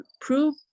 prove